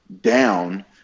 down